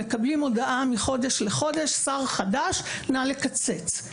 הם מקבלים הודעה מחודש לחודש: "שר חדש נא לקצץ".